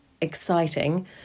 exciting